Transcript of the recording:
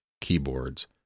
keyboards